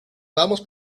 vamos